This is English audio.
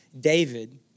David